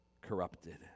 corrupted